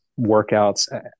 workouts